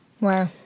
wow